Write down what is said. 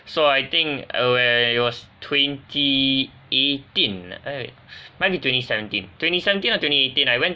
so I think when it was twenty eighteen uh might be twenty seventeen twenty seventeen or twenty eighteen I went